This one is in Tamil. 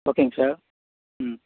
ஓகேங்க சார் ம்